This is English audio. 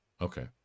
Okay